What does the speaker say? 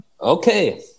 Okay